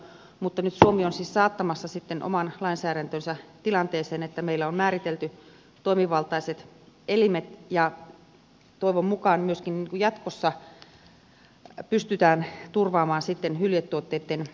mutta nyt suomi on siis saattamassa oman lainsäädäntönsä tilanteeseen että meillä on määritelty toimivaltaiset elimet ja toivon mukaan myöskin jatkossa pystytään turvaamaan sitten hyljetuotteitten kaupallistaminen